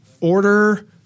order